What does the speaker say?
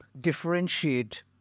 differentiate